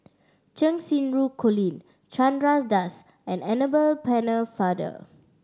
Cheng Xinru Colin Chandra Das and Annabel Pennefather